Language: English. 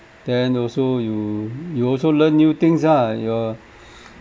then also you you also learn new things ah your